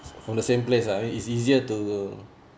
from the same place uh I mean is easier to